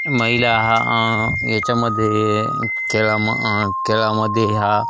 महिला हा आ याच्यामध्ये खळाम आ खेळामध्ये हा